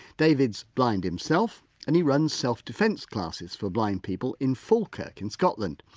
david's blind himself and he runs self-defence classes for blind people in falkirk in scotland.